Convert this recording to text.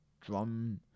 drum